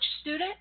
student